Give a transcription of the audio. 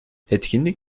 etkinlik